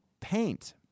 paint